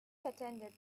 attended